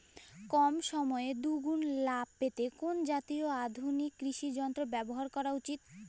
কম সময়ে দুগুন লাভ পেতে কোন জাতীয় আধুনিক কৃষি যন্ত্র ব্যবহার করা উচিৎ?